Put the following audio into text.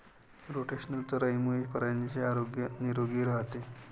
rotational चराईमुळे प्राण्यांचे आरोग्य निरोगी राहते